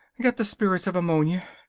get the spirits of ammonia.